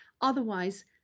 Otherwise